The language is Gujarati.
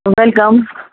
વૅલકમ